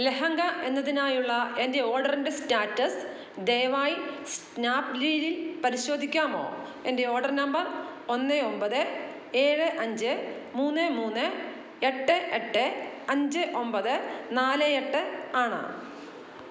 ലെഹങ്ക എന്നതിനായുള്ള എന്റെ ഓർഡറിന്റെ സ്റ്റാറ്റസ് ദയവായി സ്നാപ് ഡീലിൽ പരിശോധിക്കാമോ എന്റെ ഓർഡർ നമ്പർ ഒന്ന് ഒമ്പത് ഏഴ് അഞ്ച് മൂന്ന് മൂന്ന് എട്ട് എട്ട് അഞ്ച് ഒമ്പത് നാല് എട്ട് ആണ്